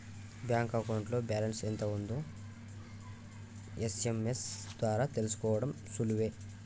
bank అకౌంట్లో balance ఎంత ఉందో ఎస్.ఎం.ఎస్ ద్వారా తెలుసుకోడం సులువే